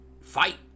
fight